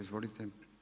Izvolite.